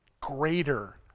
greater